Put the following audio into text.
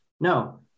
no